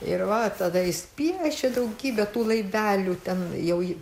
ir va tada jis piešė daugybę tų laivelių ten jau